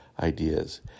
ideas